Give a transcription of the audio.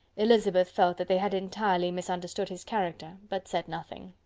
elizabeth felt that they had entirely misunderstood his character, but said nothing.